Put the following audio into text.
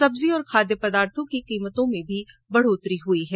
सब्जी और खादय पदार्थ की कीमतों में भी बढोतरी हुई है